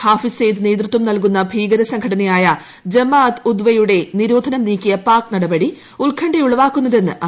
ഹാഫിസ് സെയ്ദ് നേതൃത്വം നൽകുന്ന ഭീകര സംഘടനയായ ജമ അത് ഉത് ദവയുടെ നിരോധനം നീക്കിയ പാക് നടപടി ഉത്കണ്ഠ ഉളവാക്കുന്നതെന്ന് അമേരിക്ക